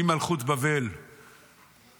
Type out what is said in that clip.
ממלכות בבל את